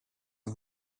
and